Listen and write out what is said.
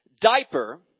diaper